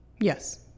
yes